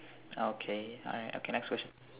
okay okay next question